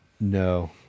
No